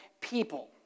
people